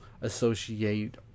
associate